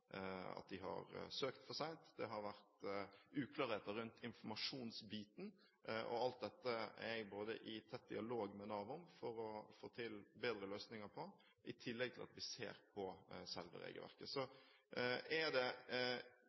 at de har søkt for sent; det har vært uklarheter rundt informasjonsbiten. Alt dette er jeg i tett dialog med Nav om for å få til bedre løsninger, i tillegg til at vi ser vi på selve regelverket. Det er